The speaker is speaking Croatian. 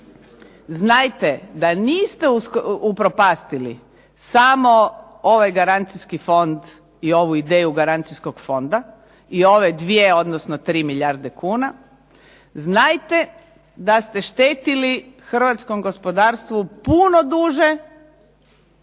znajte da niste upropastili samo ovaj garancijski fond i ovu ideju garancijskoj fonda i ove 2 odnosno 3 milijarde kuna, znajte da ste štetili hrvatskom gospodarstvu puno duže,